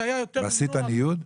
עשית ניוד?